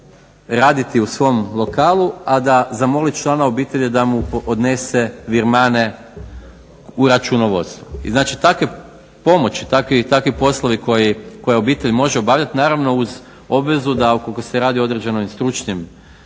raditi u svom lokalu, a da zamoli člana obitelji da mu odnese virmane u računovodstvo. I znači takve pomoći takvi poslovi koje obitelj može obavljati naravno uz obvezu da ukoliko se radi o određenim stručnim